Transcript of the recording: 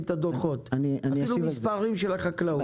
אפילו מספרים של החקלאות,